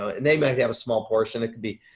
ah and they might have a small portion. it could be,